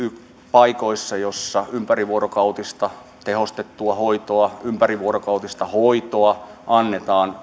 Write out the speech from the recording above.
paikoissa joissa ympärivuorokautista tehostettua hoitoa ympärivuorokautista hoitoa annetaan